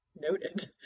Noted